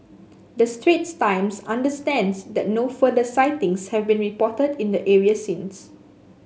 the Straits Times understands that no further sightings have been reported in the areas since